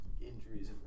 injuries